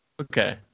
Okay